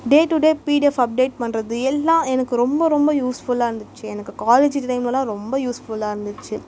day to day PDF update பண்ணுறது எல்லாம் எனக்கு ரொம்ப ரொம்ப யூஸ்ஃபுல்லாக இருந்துச்சு எனக்கு காலேஜ் டைம்லெல்லாம் ரொம்ப யூஸ்ஃபுல்லாக இருந்துச்சு